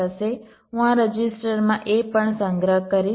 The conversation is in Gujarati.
હું આ રજિસ્ટરમાં a પણ સંગ્રહ કરીશ